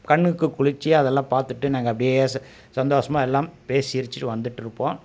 கண்ணுக்கு குளிர்ச்சியாக அதெல்லாம் பார்த்துட்டு நாங்கள் அப்படியே சந்தோஷமா எல்லாம் பேசி சிரிச்சுட்டு வந்துகிட்ருப்போம்